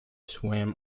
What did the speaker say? swam